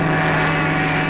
that